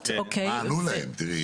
להם?